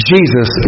Jesus